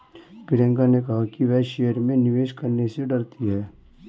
प्रियंका ने कहा कि वह शेयर में निवेश करने से डरती है